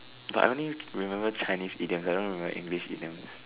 but I only remember Chinese idioms I don't remember English idioms